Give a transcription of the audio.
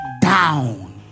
down